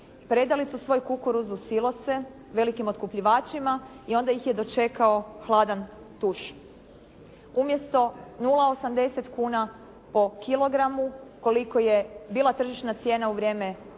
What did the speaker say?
predali su svoj kukuruz u silose velikim otkupljivačima i onda ih je dočekao hladan tuš. Umjesto 0,80 kuna po kilogramu, koliko je bila tržišna cijena u vrijeme dogovora,